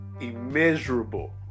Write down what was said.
immeasurable